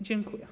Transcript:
Dziękuję.